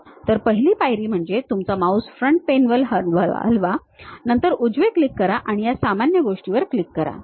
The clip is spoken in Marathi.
तर पहिली पायरी म्हणजे तुमचा माउस फ्रंट प्लेनवर हलवा नंतर उजवे क्लिक करा आणि या सामान्य गोष्टीवर क्लिक करा